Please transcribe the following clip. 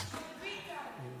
עבודה.